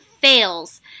fails